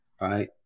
Right